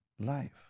life